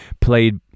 played